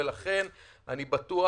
ולכן אני בטוח,